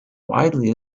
widely